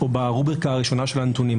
או ברובריקה הראשונה של הנתונים.